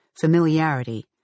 familiarity